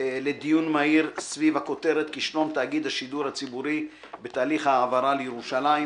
לדיון מהיר בנושא: כישלון תאגיד השידור הציבורי בתהליך ההעברה לירושלים.